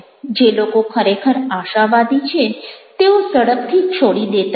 જે લોકો ખરેખર આશાવાદી છે તેઓ ઝડપથી છોડી દેતા નથી